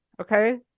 Okay